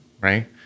right